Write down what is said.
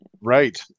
Right